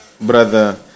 Brother